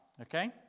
okay